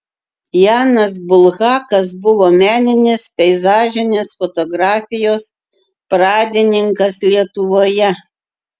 janas bulhakas buvo meninės peizažinės fotografijos pradininkas lietuvoje